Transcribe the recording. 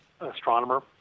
astronomer